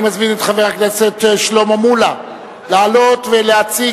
אני מזמין את חבר הכנסת שלמה מולה לעלות ולהציג